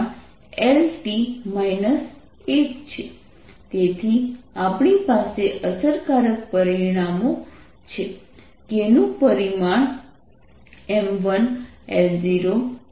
k mgvT MLT 2LT 1 k M1L0T 1 તેથી આપણી પાસે અસરકારક પરિમાણો છે kનું પરિમાણ M1L0T 1 છે